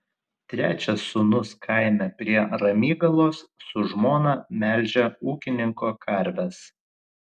trečias sūnus kaime prie ramygalos su žmona melžia ūkininko karves